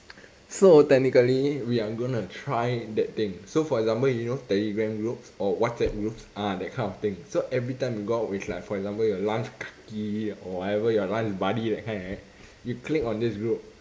so technically we are gonna try that thing so for example you known telegram groups or whatsapp groups ah that kind of thing so every time you go out with like for example your lunch kaki or whatever your lunch buddy that kind right you click on this group